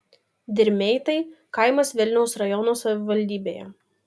dirmeitai kaimas vilniaus rajono savivaldybėje